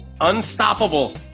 Unstoppable